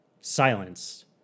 silenced